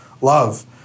love